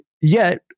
yet-